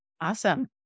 awesome